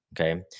Okay